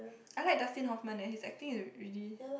I like Dustin-Hoffman leh his acting is really